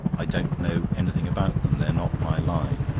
i don't know anything about them they're not my line.